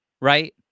right